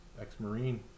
ex-Marine